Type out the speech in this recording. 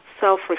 self